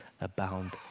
abound